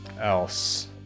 else